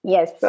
Yes